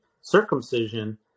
circumcision